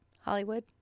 Hollywood